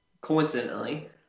coincidentally